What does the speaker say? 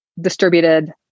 distributed